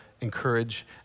encourage